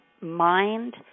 mind